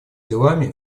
делами